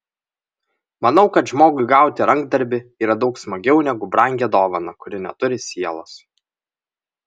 manau kad žmogui gauti rankdarbį yra daug smagiau negu brangią dovaną kuri neturi sielos